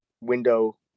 window